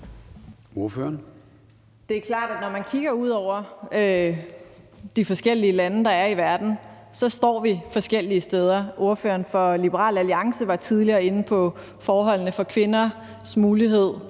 Det er klart, at når man kigger ud over de forskellige lande, der er i verden, så står vi forskellige steder. Ordføreren for Liberal Alliance var tidligere inde på forholdene for kvinders mulighed